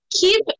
keep